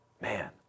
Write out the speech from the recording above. Man